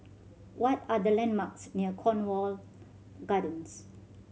what are the landmarks near Cornwall Gardens